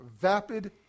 vapid